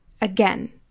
Again